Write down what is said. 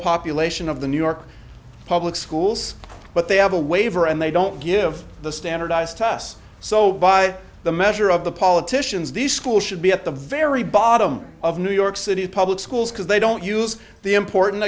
population of the new york public schools but they have a waiver and they don't give the standardized to us so the measure of the politicians these schools should be at the very bottom of new york city's public schools because they don't use the important